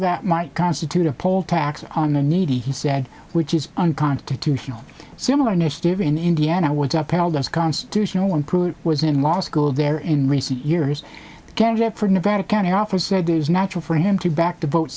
that might constitute a poll tax on the needy he said which is unconstitutional similar initiative in indiana which up panel does constitutional improve was in law school there in recent years candidate for nevada county office said it was natural for him to back the vote